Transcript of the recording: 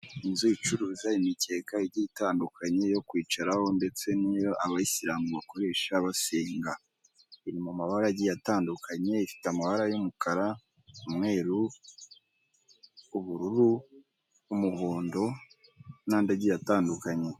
Inzu icuruza imikeka igiye itandukanye yo kwicaraho, ndetse n'iyo abayisilamu bakoresha basenga. Iri mu mabara agiye atandukanye, ifite amabara y'umukara, umweru, ubururu, umuhondo n'andi agiye atandukanye.